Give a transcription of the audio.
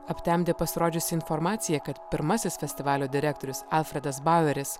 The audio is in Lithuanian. aptemdė pasirodžiusi informacija kad pirmasis festivalio direktorius alfredas baueris